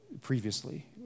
previously